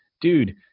dude